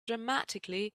dramatically